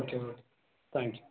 okay thank you